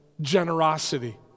generosity